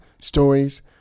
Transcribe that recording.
stories